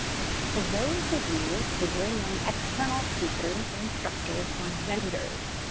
to those of you who bring in external speakers or instructors from vendors.